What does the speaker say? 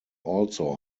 also